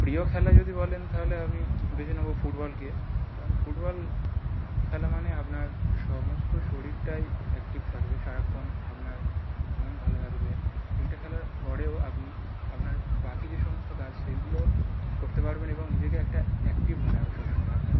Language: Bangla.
প্রিয় খেলা যদি বলেন তাহলে আমি বেছে নেব ফুটবলকে কারণ ফুটবল খেলা মানে আপনার সমস্ত শরীরটাই অ্যাকটিভ থাকবে সারাক্ষণ আপনার মন ভালো থাকবে এটা খেলার পরেও আপনি আপনার বাকি যে সমস্ত কাজ সেইগুলো করতে পারবেন এবং নিজেকে একটা অ্যাকটিভ মনে হবে সব সময় আপনার